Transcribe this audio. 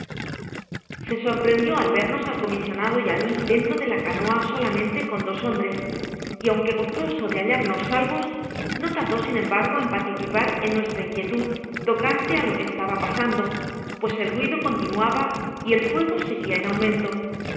se sorprendio al vernos al comisionado y á mi dentro de la canea solamente con dos hombres y aunque gozoso de bailamos salvos no tardó sin embargo en participar de nuestra inquietud tocante á lo que estaba pasando pues el ruido continuaba y el fuego seguia en aumento